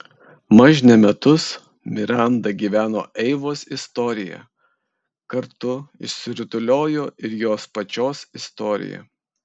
mažne metus miranda gyveno eivos istorija kartu išsirutuliojo ir jos pačios istorija